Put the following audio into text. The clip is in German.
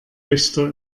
richter